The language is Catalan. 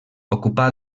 ocupà